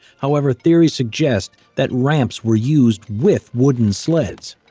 however, theories suggest that ramps were used with wooden sleds.